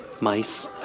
mice